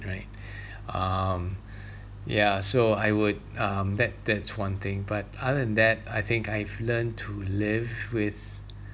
right um ya so I would um that that's one thing but other than that I think I've learned to live with